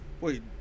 Wait